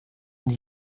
and